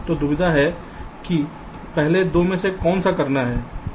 तो दुविधा है कि पहले 2 में से कौन सा करना है